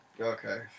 Okay